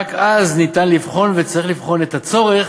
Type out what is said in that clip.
ורק אז ניתן לבחון וצריך לבחון את הצורך